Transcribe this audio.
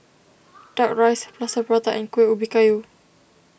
Kuck Rice Plaster Prata and Kuih Ubi Kayu